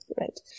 right